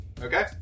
Okay